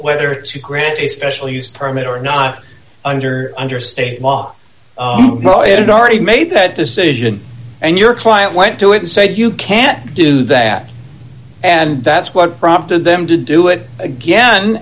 whether to grant a special use permit or not under under state law you know it already made that decision and your client went to it and said you can't do that and that's what prompted them to do it again